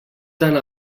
tant